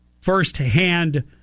firsthand